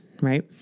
right